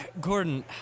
Gordon